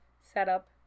setup